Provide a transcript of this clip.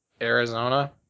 Arizona